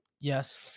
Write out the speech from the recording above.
yes